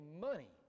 money